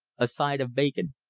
a side of bacon,